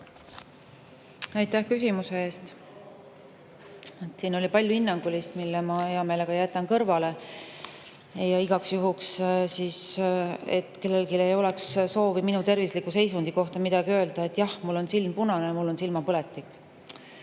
Aitäh küsimuse eest! Siin oli palju hinnangulist, mille ma hea meelega jätan kõrvale. Ja igaks juhuks – et kellelgi ei oleks soovi minu tervisliku seisundi kohta midagi öelda – jah, mul on silm punane, mul on silmapõletik. Kõigepealt,